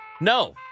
No